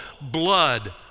blood